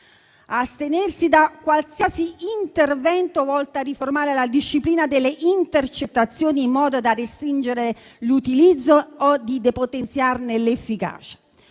astenersi da qualsiasi intervento volto a riformare la disciplina delle intercettazioni, in modo da restringerne l'utilizzo o depotenziarne l'efficacia;